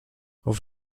auf